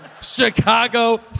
Chicago